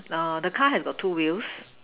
err the car have two wheels